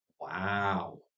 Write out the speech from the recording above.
Wow